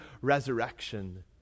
resurrection